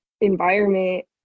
environment